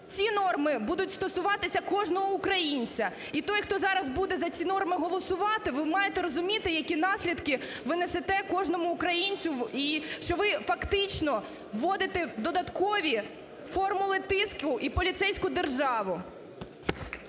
ці норми будуть стосуватися кожного українця. І той, хто зараз буде за ці норми голосувати, ви маєте розуміти, які наслідки ви несете кожному українцю, що ви фактично вводите додаткові формули тиску і поліцейську державу.